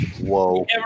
whoa